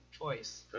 choice